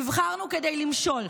נבחרנו כדי למשול,